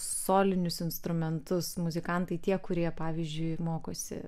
solinius instrumentus muzikantai tie kurie pavyzdžiui mokosi